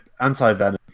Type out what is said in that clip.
Anti-Venom